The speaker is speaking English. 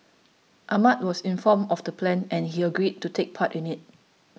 Ahmad was informed of the plan and he agreed to take part in it